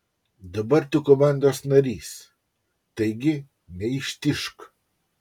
dabar tu komandos narys taigi neištižk